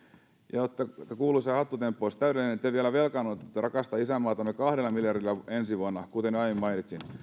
ja jotta kuuluisa hattutemppu olisi täydellinen te vielä velkaannutatte tätä rakasta isänmaatamme kahdella miljardilla ensi vuonna kuten aiemmin mainitsin